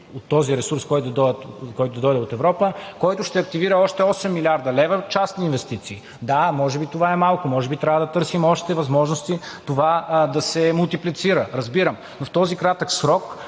– този ресурс, който ще дойде от Европа, който ще активира още 8 млрд. лв. частни инвестиции. Да, може би това е малко и може би трябва да търсим още възможности това да се мултиплицира, разбирам. Но в този кратък срок